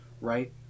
Right